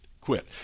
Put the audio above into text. quit